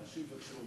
מה שיבקשו המציעים.